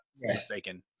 mistaken